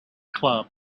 club